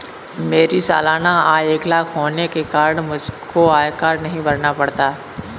मेरी सालाना आय एक लाख होने के कारण मुझको आयकर नहीं भरना पड़ता